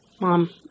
Mom